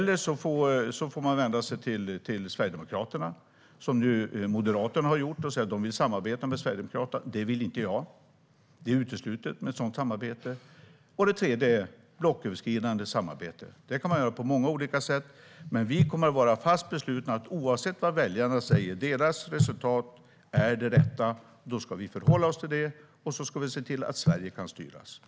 Det andra är att man vänder sig till Sverigedemokraterna, som Moderaterna nu har gjort. De vill samarbeta med Sverigedemokraterna. Det vill inte jag. Det är uteslutet med ett sådant samarbete. Det tredje är blocköverskridande samarbete. Det kan man göra på många olika sätt. Men vi kommer att vara fast beslutna om att oavsett vad väljarna säger är deras valresultat det rätta. Då ska vi förhålla oss till det, och vi ska se till att Sverige kan styras.